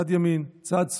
צד ימין, צד שמאל,